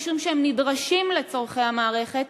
משום שהם נדרשים לצורכי המערכת,